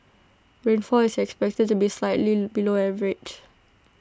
rainfall is expected to be slightly below average